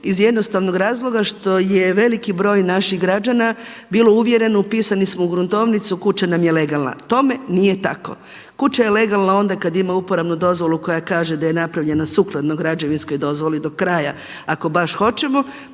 iz jednostavno razloga što je veliki broj naših građana bilo uvjereno, upisani smo u gruntovnicu, kuća nam je legalna. Tome nije tako. Kuća je legalna onda kada ima uporabnu dozvolu koja kaže da je napravljena sukladno građevinskoj dozvoli do kraja ako baš hoćemo.